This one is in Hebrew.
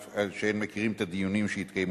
אף שאין הם מכירים את הדיונים שהתקיימו